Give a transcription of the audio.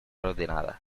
ordenada